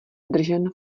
držen